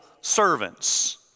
servants